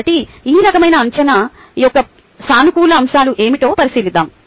కాబట్టి ఈ రకమైన అంచనా యొక్క సానుకూల అంశాలు ఏమిటో పరిశీలిద్దాం